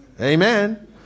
Amen